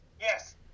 Yes